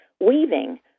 weaving